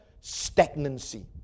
stagnancy